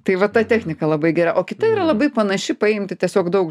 tai va ta technika labai gera o kita yra labai panaši paimti tiesiog daug